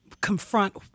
confront